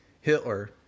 Hitler